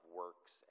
works